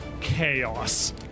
chaos